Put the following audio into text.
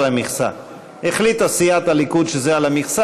את לא יכולה לשבת